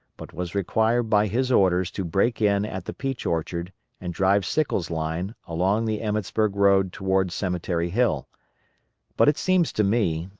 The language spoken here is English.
but was required by his orders to break in at the peach orchard and drive sickles' line along the emmetsburg road toward cemetery hill but it seems to me,